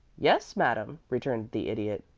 yes, madame, returned the idiot,